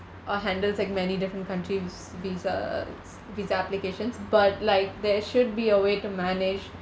uh handles like many different countries visa visa applications but like there should be a way to manage